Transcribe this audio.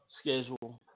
schedule